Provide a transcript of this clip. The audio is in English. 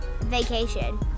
vacation